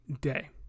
day